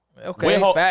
Okay